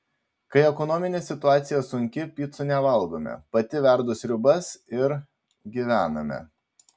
kai ekonominė situacija sunki picų nevalgome pati verdu sriubas ir gyvename